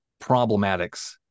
problematics